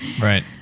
right